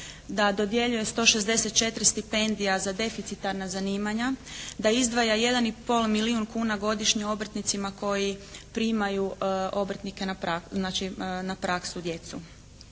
da dodjeljuje 164 stipendija za deficitarna zanimanja, da izdvaja 1 i pol milijun kuna godišnje obrtnicima koji primaju obrtnike, znači na praksu djecu.